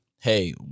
hey